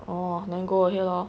oh then go ahead loh